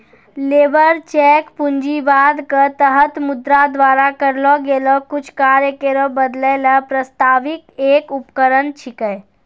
labour cheque पूंजीवाद क तहत मुद्रा द्वारा करलो गेलो कुछ कार्य केरो बदलै ल प्रस्तावित एक उपकरण छिकै